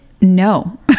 no